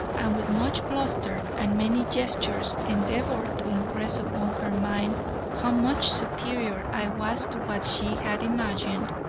and with much bluster and many gestures endeavored to impress upon her mind how much superior i was to what she had imagined.